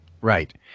Right